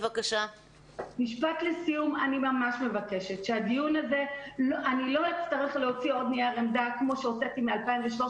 אני מקווה שלא אצטרך להוציא עוד נייר עמדה כמו שהוצאתי ב-2013,